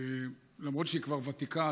למרות שהיא כבר ותיקה,